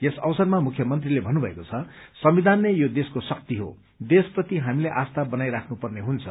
यस अवसरमा मुख्यमन्त्रीले भन्नुभएको छ संविधान नै यो देशको शक्ति हो देशप्रति हामीले आस्था बनाई राख्नु पर्ने हुन्छ